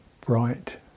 bright